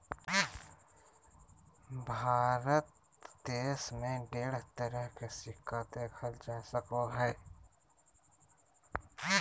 भारत देश मे ढेर तरह के सिक्का देखल जा सको हय